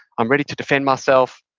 i'm ready to defend myself.